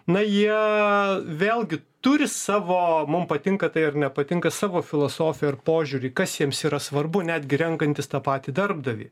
na jie vėlgi turi savo mum patinka tai ar nepatinka savo filosofiją ir požiūrį kas jiems yra svarbu netgi renkantis tą patį darbdavį